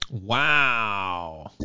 wow